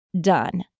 done